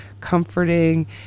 comforting